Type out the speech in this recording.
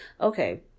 okay